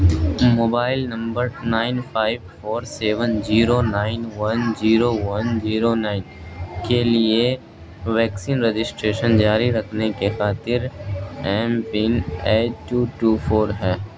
mobile number nine five four seven zero nine one zero one zero nine کے لیے vaccine registration جاری رکھنے کے خاطر M pin eight two two four ہے